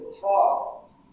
talk